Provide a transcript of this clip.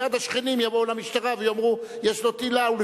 מייד השכנים יבואו למשטרה ויאמרו שיש לו טיל "לאו",